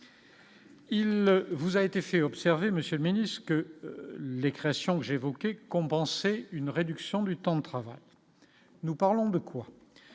Il vous a été fait observer Monsieur minus que les créations que j'ai compenser une réduction du temps de travail, nous parlons de quoi,